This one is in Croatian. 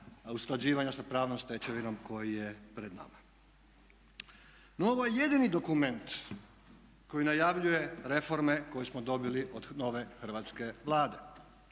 usklađivanja sa pravnom stečevinom koji je pred nama. No, ovo je jedini dokument koji najavljuje reforme koje smo dobili od nove hrvatske Vlade